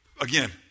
Again